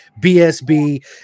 BSB